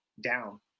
down